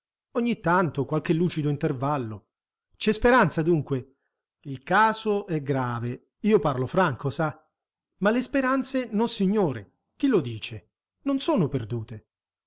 ogni tanto qualche lucido intervallo c'è speranza dunque il caso è grave io parlo franco sa ma le speranze nossignore chi lo dice non sono perdute